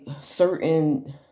certain